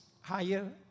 higher